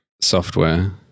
software